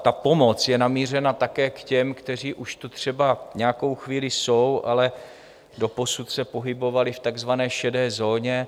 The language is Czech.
Ta pomoc je namířena také k těm, kteří už tu třeba nějakou chvíli jsou, ale doposud se pohybovali v takzvané šedé zóně.